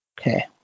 Okay